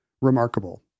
remarkable